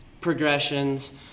progressions